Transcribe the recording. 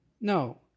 No